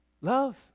Love